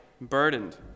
burdened